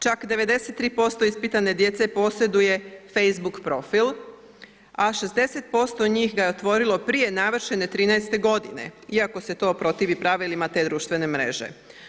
Čak 93% ispitane djece posjeduje Facebook profil, a 60% njih ga je otvorilo prije navršene 13.godine, iako se to protivi pravilima te društvene mreže.